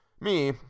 Me